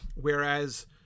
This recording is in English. Whereas